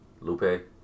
lupe